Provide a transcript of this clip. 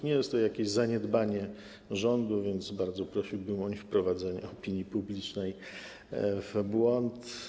Nie jest to jakieś zaniedbanie rządu, więc bardzo prosiłbym o niewprowadzanie opinii publicznej w błąd.